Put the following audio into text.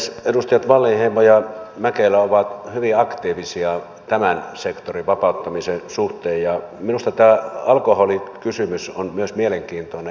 edustajat wallinheimo ja mäkelä ovat hyvin aktiivisia tämän sektorin vapauttamisen suhteen ja minusta tämä alkoholikysymys on myös mielenkiintoinen